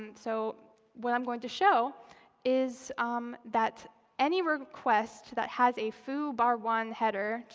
and so what i'm going to show is that any request that has a foo b a r one header,